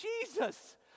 Jesus